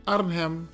Arnhem